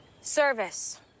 service